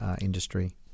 industry